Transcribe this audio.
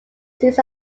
series